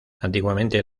antiguamente